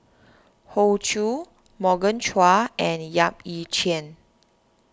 Hoey Choo Morgan Chua and Yap Ee Chian